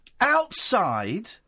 outside